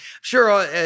sure